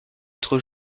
être